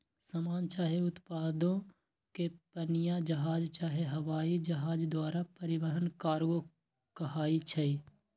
समान चाहे उत्पादों के पनीया जहाज चाहे हवाइ जहाज द्वारा परिवहन कार्गो कहाई छइ